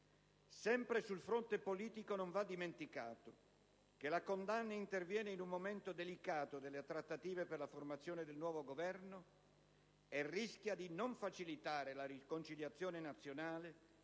Sempre sul fronte politico, non va dimenticato che la condanna interviene in un momento delicato delle trattative per la formazione del nuovo Governo e rischia di non facilitare la riconciliazione nazionale